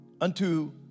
unto